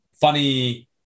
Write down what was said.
funny